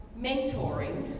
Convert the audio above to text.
mentoring